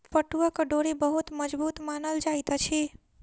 पटुआक डोरी बहुत मजबूत मानल जाइत अछि